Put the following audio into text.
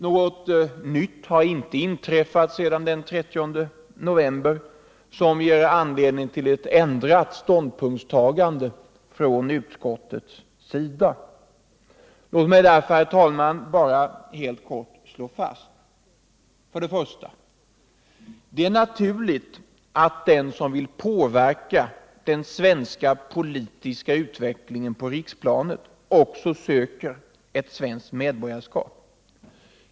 Något nytt har inte inträffat sedan den 30 november som ger anledning till ett ändrat ståndpunktstagande från utskottets sida. Låt mig därför, herr talman, bara helt kort slå fast: För det första är det naturligt att den som vill påverka den svenska politiska utvecklingen på riksplanet också söker svenskt medborgarskap.